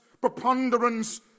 preponderance